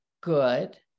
good